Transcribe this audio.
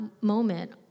moment